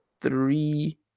three